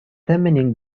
tasmanian